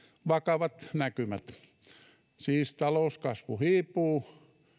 vakavat näkymät siis talouskasvu hiipuu